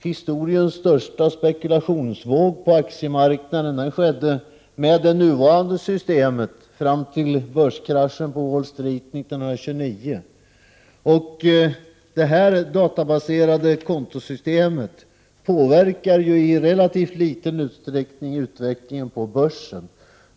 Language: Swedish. Historiens största spekulationsvåg på aktiemarknaden skedde med det nuvarande systemet fram till börskraschen på Wall Street 1929. Detta databaserade kontosystem påverkar i relativt liten utsträckning utvecklingen på börsen.